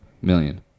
million